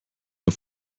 auf